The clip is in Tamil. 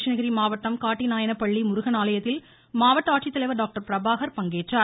கிருஷ்ணகிரி மாவட்டம் காட்டிநாயனப்பள்ளி முருகன் ஆலயத்தில் மாவட்ட ஆட்சித்தலைவர் டாக்டர் பிரபாகர் பங்கேற்றார்